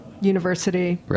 university